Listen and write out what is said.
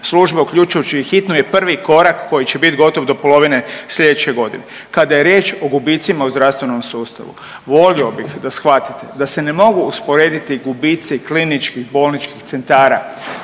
službe uključujući i hitnu je prvi korak koji će bit gotov do polovine slijedeće godine. Kada je riječ o gubicima u zdravstvenom sustavu volio bih da shvatite da se ne mogu usporediti gubici KBC-ova koji ostvaruju